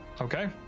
Okay